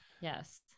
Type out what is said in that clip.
yes